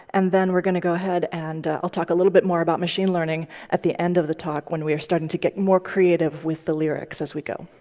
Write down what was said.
and then we're going to go ahead, and i'll talk a little bit more about machine learning at the end of the talk, when we are starting to get more creative with the lyrics as we go.